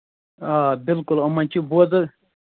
آ بِلکُل یِمَن چھِ بوز حظ